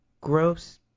gross